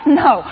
no